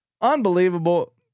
Unbelievable